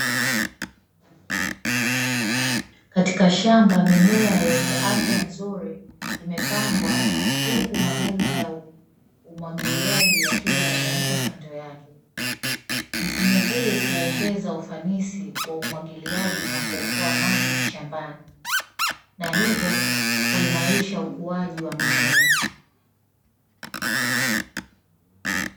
Katika shamba mimea yenye afya nzuri imepangwa huku mabomba ya umwagiliaji yakiwa yamewekwa kando yake, mfumo huu huongeza ufanisi wa umwagiliaji na kuokoa maji shambani na hivyo kuimarisha ukuaji wa mimea.